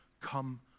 Come